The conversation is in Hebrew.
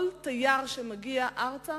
כל תייר שמגיע ארצה